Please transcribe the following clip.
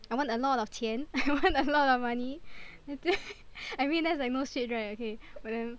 I want a lot of 钱 I want a lot of money I tell yo~ I realised I more straight right okay um